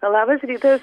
labas rytas